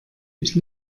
ich